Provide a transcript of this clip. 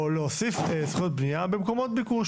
להוסיף זכויות בנייה במקומות ביקוש?